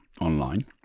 online